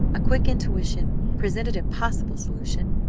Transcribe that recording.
a quick intuition presented a possible solution.